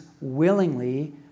willingly